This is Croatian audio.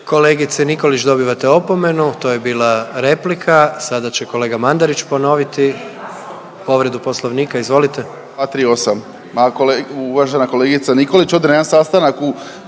Kolegice Nikolić dobivate opomenu to je bila replika. Sada će kolega Mandarić ponoviti povredu poslovnika, izvolite.